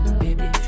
baby